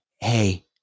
hey